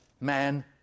man